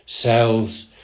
cells